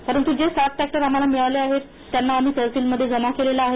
परंतू जे सात टॅक्टर आम्हाला मिळालेले आहेत त्यांना आम्ही तहसीलमध्ये जमा केलेलं आहे